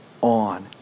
on